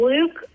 Luke